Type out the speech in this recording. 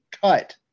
cut